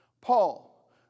Paul